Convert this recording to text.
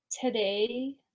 today